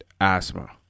asthma